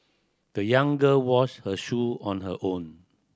the young girl washed her shoe on her own